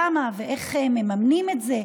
למה ואיך מממנים את זה,